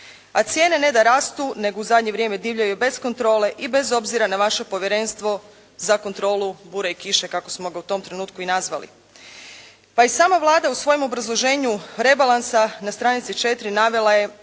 A cijene ne da rastu nego u zadnje vrijeme divljaju bez kontrole i bez obzira na vaše povjerenstvo za kontrolu bure i kiše, kako smo ga u tom trenutku i nazvali. Pa i sama Vlada u svojem obrazloženju rebalansa na stranici 4. navela je,